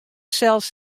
sels